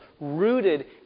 rooted